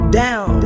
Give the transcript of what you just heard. down